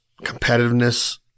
competitiveness